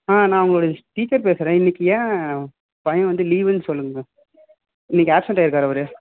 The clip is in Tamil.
ஆ நான் அவர்களுடைய டீச்சர் பேசுகிறேன் இன்றைக்கு ஏன் பையன் வந்து லீவுன்னு சொல்லுங்க இன்றைக்கு ஆப்சென்ட் ஆகிருக்காரு அவரு